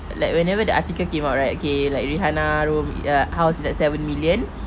like whenever the article came out okay like rihanna room uh house is like seven million